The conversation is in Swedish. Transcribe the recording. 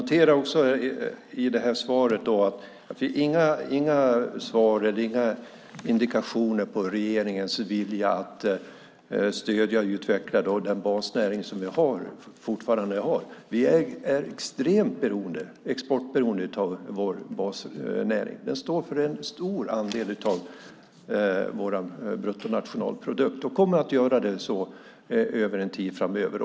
Jag fick inga svar eller indikationer i fråga om regeringens vilja att stödja och utveckla den basnäring som vi fortfarande har. Vår export är extremt beroende av vår basnäring. Den står för en stor andel av vår bruttonationalprodukt och kommer att göra det också en tid framöver.